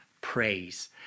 praise